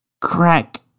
Crack